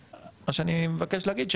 מה שאני מבקש להגיד,